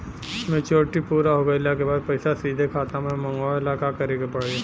Maturity पूरा हो गइला के बाद पईसा सीधे खाता में मँगवाए ला का करे के पड़ी?